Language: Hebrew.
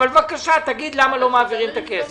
אבל בבקשה, תגיד למה לא מעבירים את הכסף.